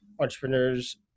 entrepreneurs